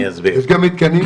אני אסביר.